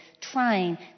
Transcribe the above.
trying